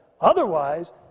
otherwise